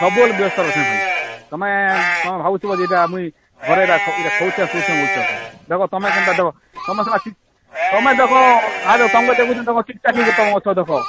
ସବୁବେଲେ ବ୍ୟସ୍ତରେ ଅଛେ ଭାଇ ତୁମେ ତୁମେ ଭାବୁଥିବ ଯେ ଏଟା ମୁଇଁ ଘରେ ଏଟା ଏଟା କହୁଛେ ଶୋଉଛେ ବୁଲଛେ ଦେଖ ତମେ କେନ୍ତା ଦେଖ ତୁମେ ସିନା ତୁମେ ଦେଖ ତୁମେ ଦେଖୁଛି ତୁମେ ଠିକ୍ଠାକ୍ ହେଇକରି ତୁମେ ଅଛ ଦେଖ